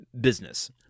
business